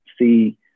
see